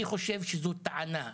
אני חושב שזו טענה פוגענית,